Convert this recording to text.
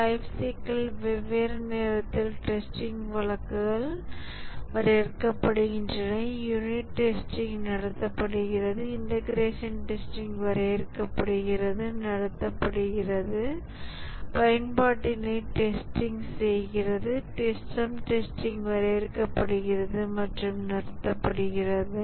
life சைக்கிள்ன் வெவ்வேறு நேரத்தில் டெஸ்டிங் வழக்குகள் வரையறுக்கப்படுகின்றன யூனிட் டெஸ்டிங் நடத்தப்படுகிறது இன்டகரேஷன் டெஸ்டிங் வரையறுக்கப்படுகிறது நடத்தப்படுகிறது பயன்பாட்டினை டெஸ்டிங் செய்கிறது சிஸ்டம் டெஸ்டிங் வரையறுக்கப்படுகிறது மற்றும் நடத்தப்படுகிறது